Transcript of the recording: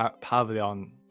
pavilion